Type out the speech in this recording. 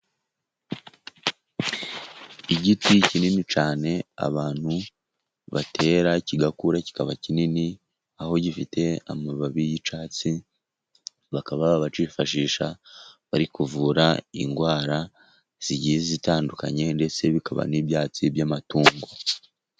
Igiti kinini cyane abantu batera kigakura kikaba kinini, aho gifite amababi y'icyatsi bakaba bakifashisha bari kuvura indwara zigiye zitandukanye ndetse bikaba n'ibyatsi by'amatungo.